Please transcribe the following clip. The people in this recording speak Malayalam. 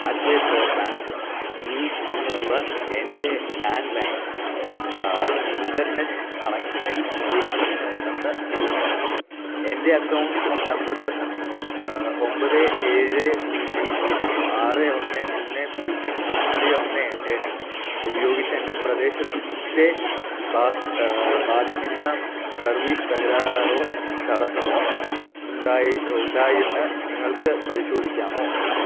ഹാത്വേ ബ്രോഡ്ബാൻഡിൽ നിന്നുള്ള എൻ്റെ ലാഡ് ലൈൻ ഇൻ്റർനെറ്റ് കണക്ഷനിൽ ഒരു പ്രശ്നമുണ്ടെന്ന് തോന്നുന്നു എൻ്റെ അക്കൗണ്ട് നമ്പറ് ഒമ്പത് ഏഴ് പൂജ്യം പൂജ്യം ആറ് ഒന്ന് മൂന്ന് പൂജ്യം അഞ്ച് ഒന്ന് എട്ട് രണ്ട് ഉപയോഗിച്ചു എൻ്റെ പ്രദേശത്തെ ബാധിക്കുന്ന സർവീസ് തകരാറോ തടസ്സമോ ഉണ്ടായി ഉണ്ടായെന്ന് നിങ്ങൾക്ക് പരിശോധിക്കാമോ